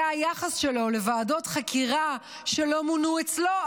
זה היחס שלו לוועדות חקירה שלא מונו אצלו.